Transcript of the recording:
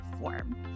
form